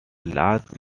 large